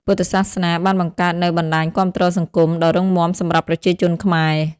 ពុទ្ធសាសនាបានបង្កើតនូវ បណ្ដាញគាំទ្រសង្គម ដ៏រឹងមាំសម្រាប់ប្រជាជនខ្មែរ។